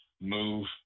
move